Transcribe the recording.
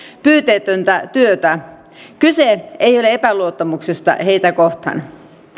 pyyteetöntä työtä kyse ei ole epäluottamuksesta heitä kohtaan